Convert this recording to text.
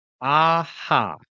aha